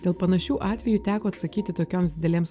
dėl panašių atvejų teko atsakyti tokioms didelėms